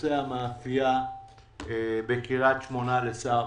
בנושא המאפייה בקריית שמונה לשר הביטחון.